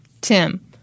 Tim